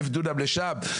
אלף דונם לשם,